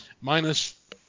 Minus